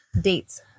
dates